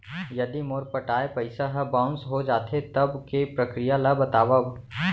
यदि मोर पटाय पइसा ह बाउंस हो जाथे, तब के प्रक्रिया ला बतावव